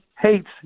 hates